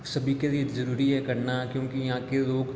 सभी के लिए ज़रूरी है करना क्योंकि यहाँ के लोग